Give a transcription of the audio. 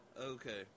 Okay